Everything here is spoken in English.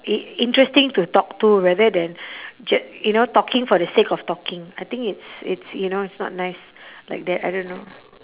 i~ interesting to talk to rather than ju~ you know talking for the sake of talking I think it's it's you know it's not nice like that I don't know